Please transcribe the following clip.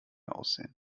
aussehen